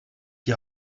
die